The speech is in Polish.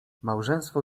małżeństwo